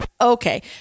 okay